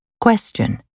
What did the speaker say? Question